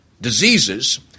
diseases